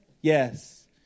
yes